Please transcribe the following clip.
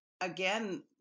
again